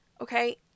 Okay